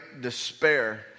despair